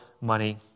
money